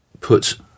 put